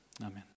amen